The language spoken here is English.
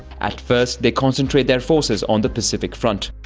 at first, they concentrate their forces on the pacific front.